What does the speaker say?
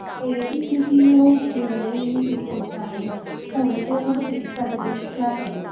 ਅਤੇ ਛੇ ਵਜੇ ਹੀ ਇਹ ਪੁੱਜ ਜਾਣਗੇ ਸਕੂਲ ਅਤੇ ਉੱਥੋਂ ਤੁਸੀਂ ਪਿਕ ਕਰਕੇ ਲੈ ਸਕਦੇ ਹੋ